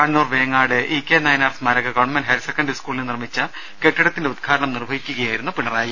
കണ്ണൂർ ്വേങ്ങാട് ഇ കെ നായനാർ സ്മാരക government higher secondary സ്കൂളിനു നിർമ്മിച്ച കെട്ടിടത്തിന്റെ ഉദ്ഘാടനം നിർവഹിക്കുകയായിരുന്നു പിണറായി